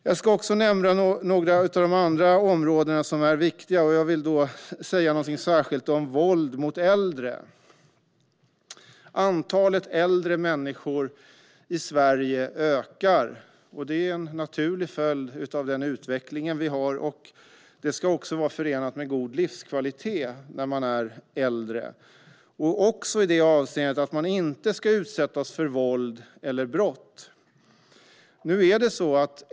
Jag ska också nämna några av de andra viktiga områdena. Jag tänkte särskilt tala om våld mot äldre. Antalet äldre människor i Sverige ökar. Det är en naturlig följd av utvecklingen, och åldrandet ska också vara förenat med god livskvalitet. Det gäller också i det avseendet att man inte ska utsättas för våld eller brott.